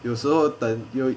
有时候等